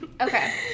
okay